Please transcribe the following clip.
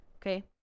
Okay